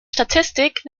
statistik